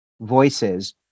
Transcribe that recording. voices